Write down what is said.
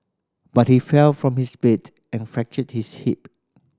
but he fell from his bed and fractured his hip